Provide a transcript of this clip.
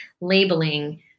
labeling